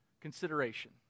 consideration